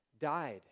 died